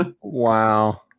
Wow